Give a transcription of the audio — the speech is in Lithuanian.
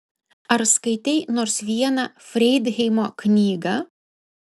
ar skaitei nors vieną freidheimo knygą